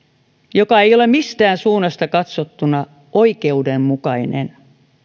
joka ei ole mistään suunnasta katsottuna oikeudenmukainen